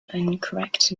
incorrect